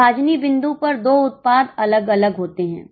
विभाजनीय बिंदु पर दो उत्पाद अलग होते हैं